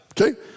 Okay